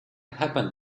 happened